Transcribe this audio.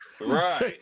Right